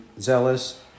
zealous